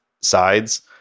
sides